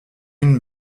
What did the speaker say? une